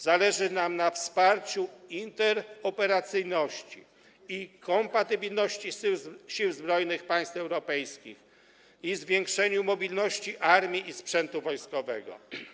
Zależy nam na wsparciu interoperacyjności i kompatybilności sił zbrojnych państw europejskich i zwiększaniu mobilności armii i sprzętu wojskowego.